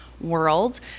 world